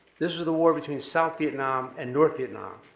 this was the war between south vietnam and north vietnam,